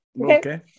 okay